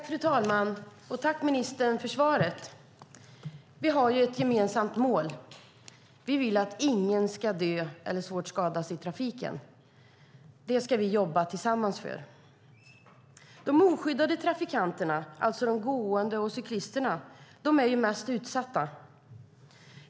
Fru talman! Jag tackar ministern för svaret. Vi har ett gemensamt mål, nämligen att ingen ska dö eller skadas svårt i trafiken. Det ska vi jobba tillsammans för. De oskyddade trafikanterna, alltså gående och cyklister, är mest utsatta.